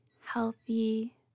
healthy